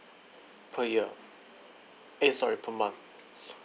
per year eh sorry per month